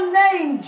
name